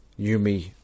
Yumi